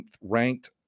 ranked